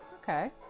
okay